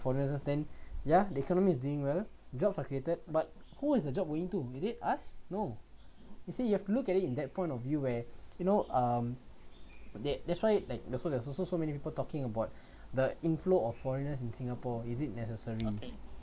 foreigners and then ya the economy is doing well jobs are created but who is the job would you do is it us no you say you have to look at it in that point of view where you know um that that's why like so so so many people talking about the inflow of foreigners in singapore is it necessary